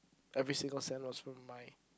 every single cent was from my